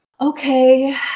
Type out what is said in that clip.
okay